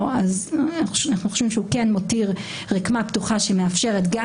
אנחנו חושבים שהוא כן מותיר רקמה פתוחה שמאפשרת גם